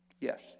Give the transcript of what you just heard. yes